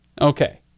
Okay